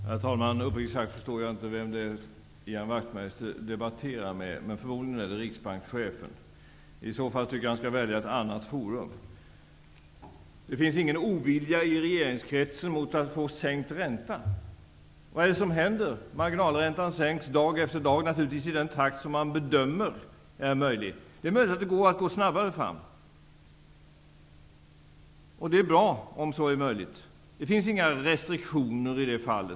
Herr talman! Uppriktigt sagt förstår jag inte vem det är som Ian Wachtmeister debatterar med. Förmodligen är det riksbankschefen. Om det är så, tycker jag att Ian Wachtmeister skall välja ett annat forum. Det finns ingen ovilja i regeringskretsen mot att få sänkt ränta. Vad är det som händer? Marginalräntan sänks dag efter dag, naturligtvis i den takt som man bedömer är möjlig. Det är möjligt att man kan gå snabbare fram, och det är bra om det är möjligt. Men det finns inga restriktioner i det fallet.